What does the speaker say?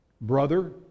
Brother